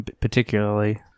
particularly